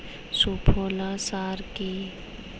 সুফলা সার কি?